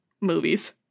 movies